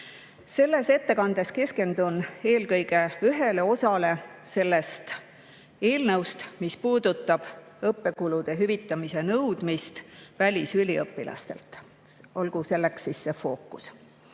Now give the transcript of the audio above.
Selles ettekandes keskendun eelkõige ühele osale sellest eelnõust, mis puudutab õppekulude hüvitamise nõudmist välisüliõpilastelt – olgu fookus